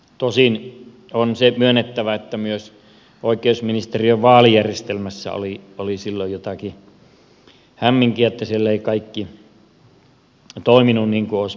tosin on se myönnettävä että myös oikeusministeriön vaalijärjestelmässä oli silloin jotakin hämminkiä että siellä ei kaikki toiminut niin kuin olisi pitänyt toimia